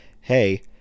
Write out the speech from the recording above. hey